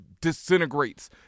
disintegrates